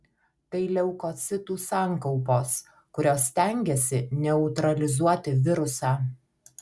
tai leukocitų sankaupos kurios stengiasi neutralizuoti virusą